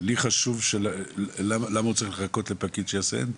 לי חשוב למה הוא צריך לחכות לפקיד שיעשה אנטר,